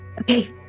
Okay